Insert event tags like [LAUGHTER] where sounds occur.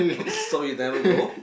[NOISE] so you never go